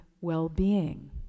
well-being